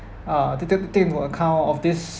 uh they didn't take into account of this